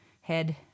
head